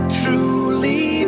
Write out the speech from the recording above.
truly